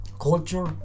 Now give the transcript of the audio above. culture